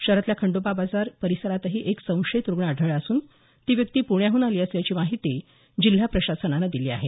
शहरातल्या खंडोबा बाजार परिसरातही एक संशयीत रुग्ण आढळला असून ती व्यक्ती पुण्याहून आली असल्याची माहिती जिल्हा प्रशासनानं दिली आहे